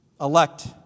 Elect